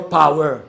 power